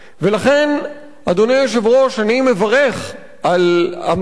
אני מברך על אמירתו האחראית של מפכ"ל המשטרה,